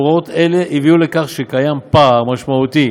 הוראות אלה הביאו לכך שקיים פער משמעותי